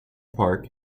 park